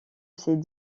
ces